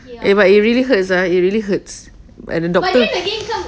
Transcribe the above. eh but it really hurts ah it really hurts and the doctor